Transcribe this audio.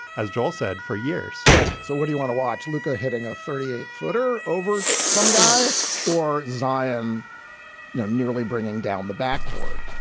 as joel said, for years. right so what do you want to watch? luca hitting a thirty eight footer over some guy or zion nearly bringing down the backboard?